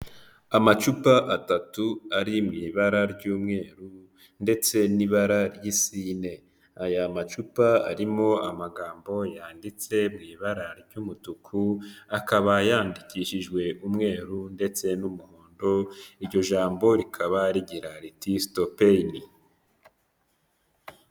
Amacupa atatu ari mu ibara ry'umweru ndetse n'ibara ry'isine, aya macupa arimo amagambo yanditse mu ibara ry'umutuku akaba yandikishijwe umweru ndetse n'umuhondo, iryo jambo rikaba rigira riti sitopeyini.